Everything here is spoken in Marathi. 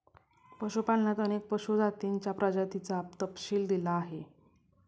पशुपालनात अनेक पशु जातींच्या प्रजातींचा तपशील दिला आहे